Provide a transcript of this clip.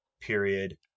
period